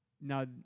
now